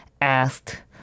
asked